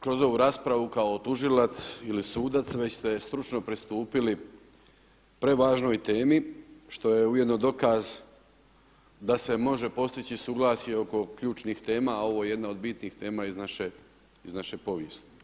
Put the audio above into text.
kroz ovu raspravu kao tužilac ili sudac, već ste stručno pristupili prevažnoj temi što je ujedno dokaz da se može postići suglasje oko ključnih tema, a ovo je jedna od bitnih tema iz naše povijesti.